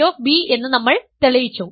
фф എന്ന് നമ്മൾ തെളിയിച്ചു